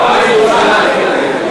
מי נגד?